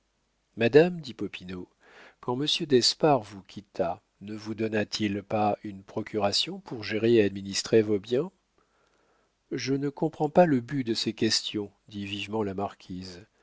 madame dit popinot quand monsieur d'espard vous quitta ne vous donna-t-il pas une procuration pour gérer et administrer vos biens je ne comprends pas le but de ces questions dit vivement la marquise